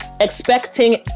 expecting